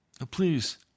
Please